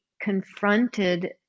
confronted